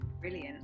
Brilliant